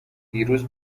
دیروز